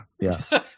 Yes